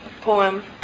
poem